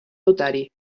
notari